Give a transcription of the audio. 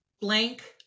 blank